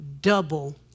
double